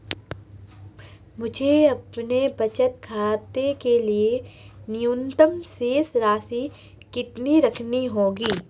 मुझे अपने बचत खाते के लिए न्यूनतम शेष राशि कितनी रखनी होगी?